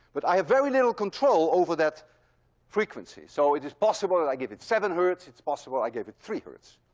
but i have very little control over that frequency, so it is possible i gave it seven hertz, it's possible i gave it three hertz.